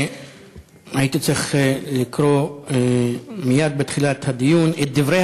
הייתי צריך לקרוא מייד בתחילת הדיון את דברי